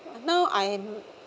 now I'm